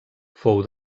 fou